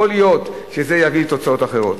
יכול להיות שזה יביא לתוצאות אחרות.